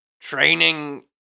training